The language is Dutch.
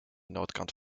noordkant